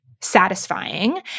satisfying